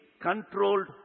controlled